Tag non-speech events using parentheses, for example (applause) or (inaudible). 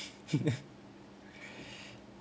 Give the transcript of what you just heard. (laughs) (breath)